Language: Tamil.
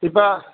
இப்போ